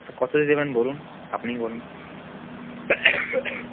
কততে দেবেন বলুন আপনিই বলুন